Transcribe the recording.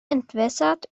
entwässert